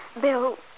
Bill